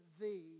Thee